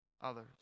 others